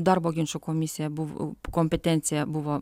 darbo ginčų komisija buvo kompetencija buvo